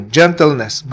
gentleness